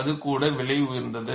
அது கூட விலை உயர்ந்தது